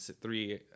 three